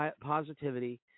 positivity